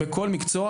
בכל מקצוע,